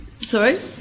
Sorry